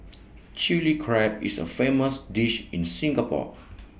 Chilli Crab is A famous dish in Singapore